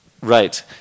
Right